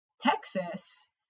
Texas